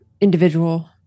individual